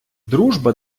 дружба